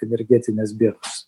energetinės bėdos